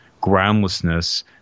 groundlessness